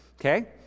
okay